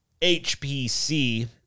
HPC